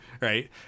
right